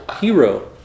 hero